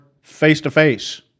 face-to-face